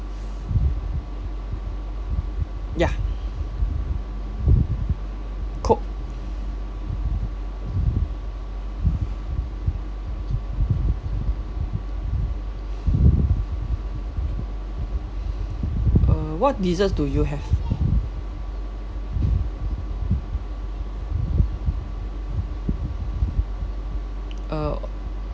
ya coke uh what desserts do you have uh